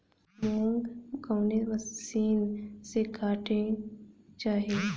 मूंग कवने मसीन से कांटेके चाही?